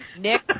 Nick